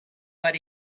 but